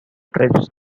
trips